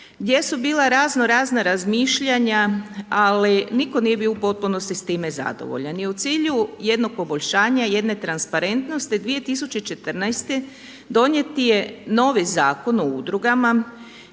gdje su bila raznorazna razmišljanja, ali niko nije bio u potpunosti s time zadovoljan. I u cilju jednog poboljšanja, jedne transparentnosti 2014. donijet je novi Zakon o udrugama